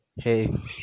hey